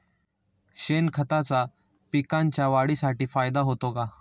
शेणखताचा पिकांच्या वाढीसाठी फायदा होतो का?